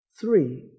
three